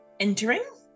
entering